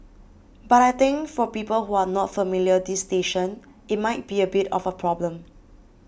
but I think for people who are not familiar this station it might be a bit of a problem